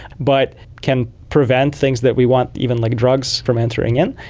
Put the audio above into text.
but can prevent things that we want, even like drugs, from entering in.